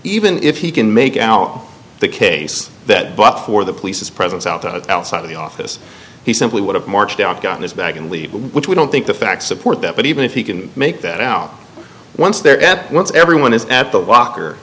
even if he can make out the case that but for the police presence outside of the office he simply would have marched out gotten his bag and leave which we don't think the facts support that but even if he can make that out once there and once everyone is at the walker